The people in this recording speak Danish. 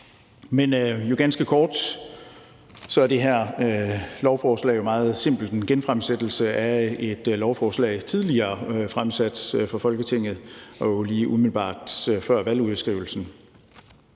Men ganske kort sagt er det her lovforslag jo meget simpelt en genfremsættelse af et lovforslag, der tidligere er fremsat for Folketinget lige umiddelbart før valgudskrivelsen,